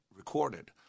recorded